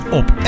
op